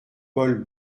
paul